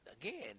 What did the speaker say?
again